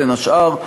בין השאר,